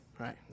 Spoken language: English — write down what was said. Right